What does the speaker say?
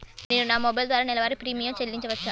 నేను నా మొబైల్ ద్వారా నెలవారీ ప్రీమియం చెల్లించవచ్చా?